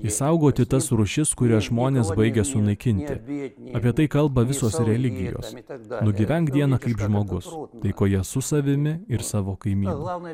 išsaugoti tas rūšis kurias žmonės baigia sunaikinti apie tai kalba visos religijos mitas nugyventi dieną kai žmogus taikoje su savimi ir savo kaime labai